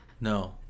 No